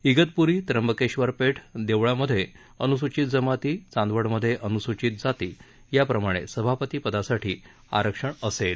इगतपुरी त्यंबकेश्वर पेठ देवळामध्ये अनुसूचित जमाती चांदवडमध्ये अनुसूचित जाती या प्रमाणे सभापतीपदासाठी आरक्षण असेल